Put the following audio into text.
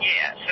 Yes